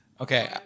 Okay